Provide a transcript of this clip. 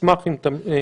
אשמח אם תמשיך,